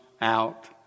out